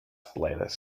playlist